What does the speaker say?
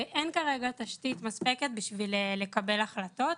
וכרגע אין תשתית מספקת כדי לקבל החלטות.